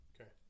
Okay